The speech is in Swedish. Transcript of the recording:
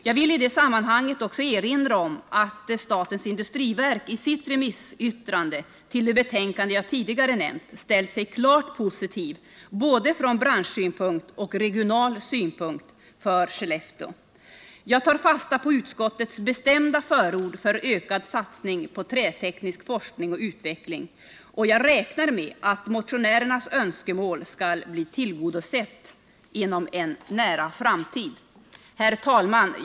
Jag vill i det sammanhanget erinra om att statens industriverk i sitt remissyttrande till det betänkande jag tidigare nämnt har ställt sig klart positivt från både branschsynpunkt och regional synpunkt för Skellefteå. Jag tar fasta på utskottets bestämda förord för ökad satsning på träteknisk forskning och utveckling. Jag räknar därför med att motionärernas önskemål skall bli tillgodosett inom en nära framtid. Herr talman!